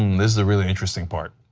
this is the really interesting part.